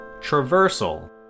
Traversal